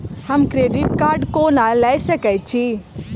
हम credit card कोना लऽ सकै छी?